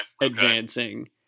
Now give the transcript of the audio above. Advancing